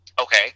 okay